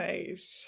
Nice